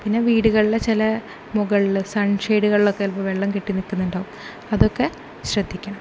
പിന്നെ വീടുകളിലെ ചില മുകളിൽ സൺഷെയിഡുകളിലൊക്കെ ചിലപ്പോൾ വെള്ളം കെട്ടി നിൽക്കുന്നുണ്ടാകും അതൊക്കെ ശ്രദ്ധിക്കണം